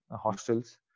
hostels